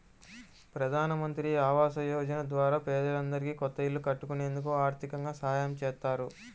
ప్రధానమంత్రి ఆవాస యోజన ద్వారా పేదవారికి కొత్త ఇల్లు కట్టుకునేందుకు ఆర్దికంగా సాయం చేత్తారు